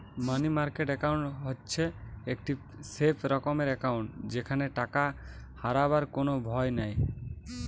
মানি market account হচ্ছে একটি safe রকমের একাউন্ট যেখানে টাকা হারাবার কোনো ভয় নাই